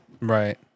Right